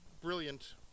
Brilliant